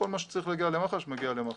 כל מה שצריך להגיע למח"ש מגיע למח"ש.